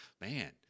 Man